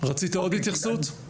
רצית עוד התייחסות?